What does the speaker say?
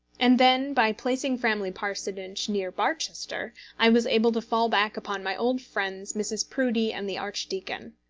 and then by placing framley parsonage near barchester, i was able to fall back upon my old friends mrs. proudie and the archdeacon.